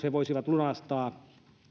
he voisivat lunastaa